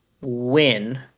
win